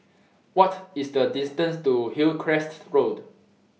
What IS The distance to Hillcrest Road